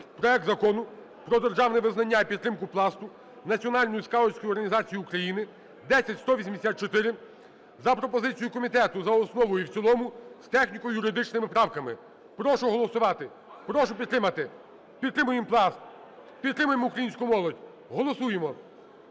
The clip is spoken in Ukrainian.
проект Закону про державне визнання і підтримку Пласту - Національної скаутської організації України (10184) за пропозицією комітету за основу і в цілому з техніко-юридичними правками. Прошу голосувати. Прошу підтримати. Підтримуємо Пласт, підтримаємо українську молодь. Голосуємо